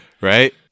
Right